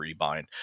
rebind